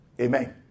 Amen